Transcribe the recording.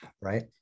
right